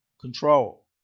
control